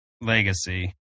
Legacy